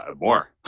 More